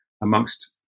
amongst